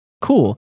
Cool